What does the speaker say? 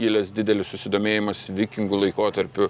kilęs didelis susidomėjimas vikingų laikotarpiu